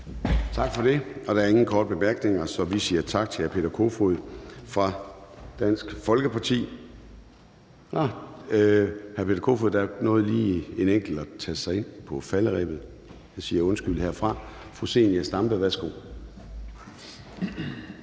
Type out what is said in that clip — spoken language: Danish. Gade): Der er ingen korte bemærkninger, så vi siger tak til hr. Peter Kofod fra Dansk Folkeparti. Nå, der var lige en enkelt, der nåede at taste sig ind på falderebet. Jeg siger undskyld herfra. Fru Zenia Stampe, værsgo.